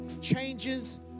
changes